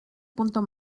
punto